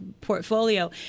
portfolio